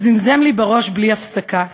זה זמזם לי בראש בלי הפסקה,